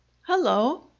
hello